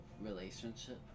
relationship